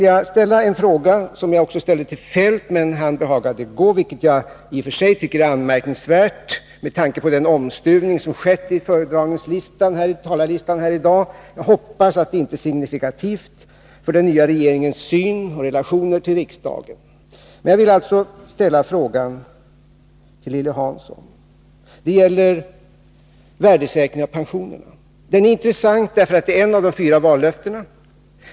Jag ställde även den frågan till Kjell-Olof Feldt, men han behagade gå, vilket jag i och för sig tycker är anmärkningsvärt med tanke på den omstuvning som skett i talarlistan i dag. Jag hoppas att det inte är signifikativt för den nya regeringens syn på och relationer till riksdagen. Jag vill alltså ställa frågan till Lilly Hansson. Det gäller värdesäkringen av pensionerna. Den frågan är intressant eftersom det gäller ett av de fyra vallöftena.